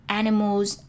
animals